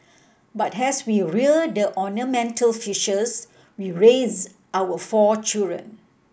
but has we rear the ornamental fishes we raised our four children